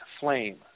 flame